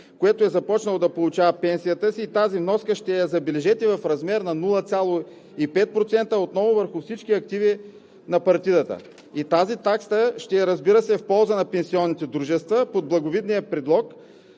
което е започнало да получава пенсията си. Забележете, тази вноска ще е в размер на 0,5% отново върху всички активи на партидата. Тази такса ще е, разбира се, в полза на пенсионните дружества под благовидния предлог